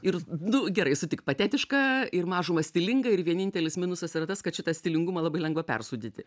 ir nu gerai sutik patetiška ir mažumą stilinga ir vienintelis minusas yra tas kad šitą stilingumą labai lengva persūdyti